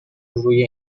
روی